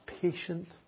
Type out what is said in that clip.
patient